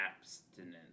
abstinence